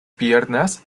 piernas